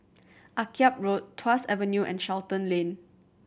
Akyab Road Tuas Avenue and Charlton Lane